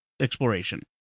exploration